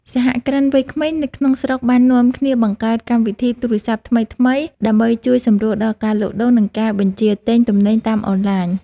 សហគ្រិនវ័យក្មេងនៅក្នុងស្រុកបាននាំគ្នាបង្កើតកម្មវិធីទូរស័ព្ទថ្មីៗ ដើម្បីជួយសម្រួលដល់ការលក់ដូរ និងការបញ្ជាទិញទំនិញតាមអនឡាញ។